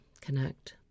connect